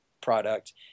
product